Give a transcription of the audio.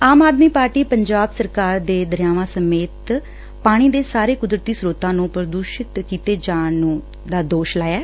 ਆਮ Aadmi Party ਨੇ ਪੰਜਾਬ ਸਰਕਾਰ ਤੇ ਦਰਿਆਵਾਂ ਸਮੇਤ ਪਾਣੀ ਦੇ ਸਾਰੇ ਕੁਦਰਤੀ ਸਰੋਤਾਂ ਨੂੰ ਪ੍ਰਦੁਸ਼ਿਤ ਕੀਤੇ ਜਾਣ ਦਾ ਦੋਸ਼ ਲਾਇਐ